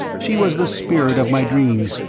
she was the spirit of my dreams,